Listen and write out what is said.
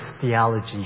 theology